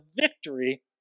victory